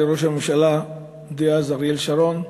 לראש הממשלה דאז אריאל שרון,